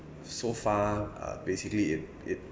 so far uh basically it it